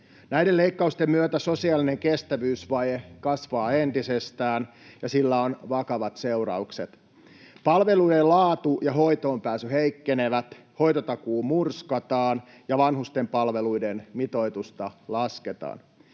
Näiden leikkausten myötä sosiaalinen kestävyysvaje kasvaa entisestään, ja sillä on vakavat seuraukset. Palveluiden laatu ja hoitoonpääsy heikkenevät, hoitotakuu murskataan ja vanhustenpalveluiden mitoitusta lasketaan.